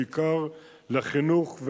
בעיקר לחינוך,